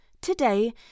today